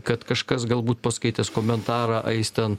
kad kažkas galbūt paskaitęs komentarą eis ten